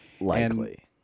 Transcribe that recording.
likely